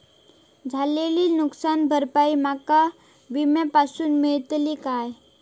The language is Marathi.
झालेली नुकसान भरपाई माका विम्यातून मेळतली काय?